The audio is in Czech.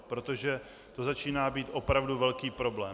Protože to začíná být opravdu velký problém.